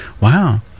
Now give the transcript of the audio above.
Wow